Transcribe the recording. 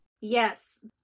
Yes